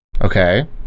Okay